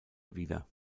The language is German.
wieder